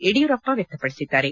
Yediyurappa ವ್ಲಕ್ಷಪಡಿಸಿದ್ದಾರೆ